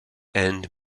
and